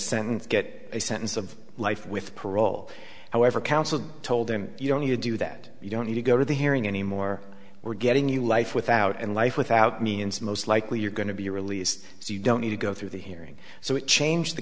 sentence get a sentence of life with parole however counsel told him you don't need to do that you don't need to go to the hearing anymore we're getting new life without and life without means most likely you're going to be released so you don't need to go through the hearing so it change the